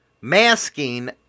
masking